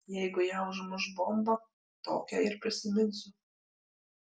jeigu ją užmuš bomba tokią ir prisiminsiu